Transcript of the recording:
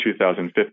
2015